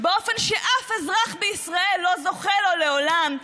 באופן שאף אזרח בישראל לא זוכה לו לעולם,